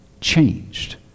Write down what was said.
changed